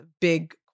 big